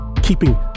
keeping